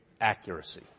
accuracy